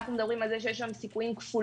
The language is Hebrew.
אנחנו מדברים על זה שיש היום סיכויים כפולים,